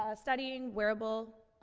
ah studying wearable, ah,